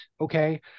okay